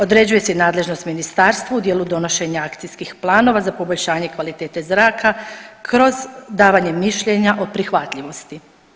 Određuje se i nadležnost Ministarstvu u dijelu donošenja akcijskih planova za poboljšanje kvalitete zraka kroz davanje mišljenja o prihvatljivosti.